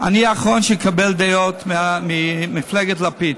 אני האחרון שאקבל דעות ממפלגת לפיד.